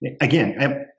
again